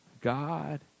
God